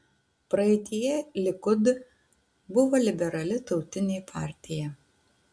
praeityje likud buvo liberali tautinė partija